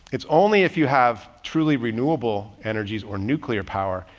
it's only if you have truly renewable energies or nuclear power,